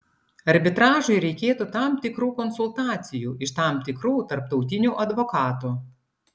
arbitražui reikėtų tam tikrų konsultacijų iš tam tikrų tarptautinių advokatų